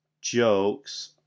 jokes